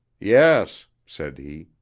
yes, said he,